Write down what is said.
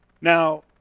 Now